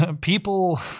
people